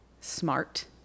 smart